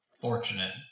fortunate